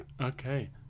Okay